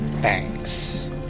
Thanks